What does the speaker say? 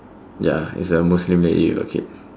ya it's a Muslim lady with a kid